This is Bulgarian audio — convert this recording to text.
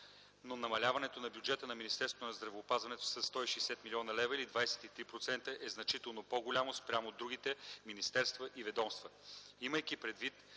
но намаляването на бюджета на Министерството на здравеопазването със 160 млн. лв. или 23% е значително по-голямо спрямо другите министерства и ведомства. Имайки предвид